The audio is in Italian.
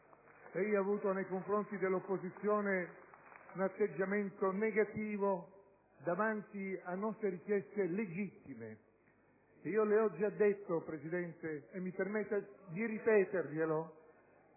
Lei ha avuto nei confronti dell'opposizione un atteggiamento negativo, davanti a nostre richieste legittime. Le ho già detto, signor Presidente, e mi permetta di ripeterglielo...